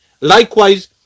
Likewise